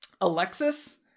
Alexis